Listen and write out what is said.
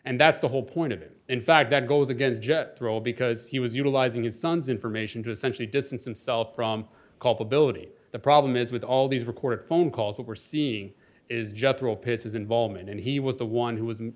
and that's the whole point of it in fact that goes against jett role because he was utilizing his son's information to essentially distance himself from culpability the problem is with all these recorded phone calls we're seeing is general pace's involvement and he was the one who was